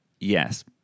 Yes